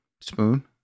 Spoon